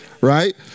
Right